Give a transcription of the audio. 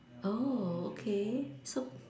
oh okay